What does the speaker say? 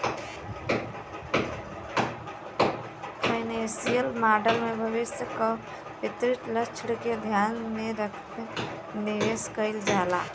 financial model में भविष्य क वित्तीय लक्ष्य के ध्यान में रखके निवेश कइल जाला